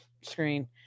screen